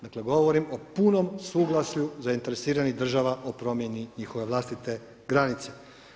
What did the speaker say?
Dakle, govorim o punom suglasju zainteresiranih država o promjeni njihove vlastite granice.